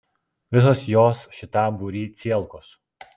visos jos šitam būry cielkos